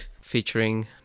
featuring